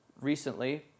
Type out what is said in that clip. Recently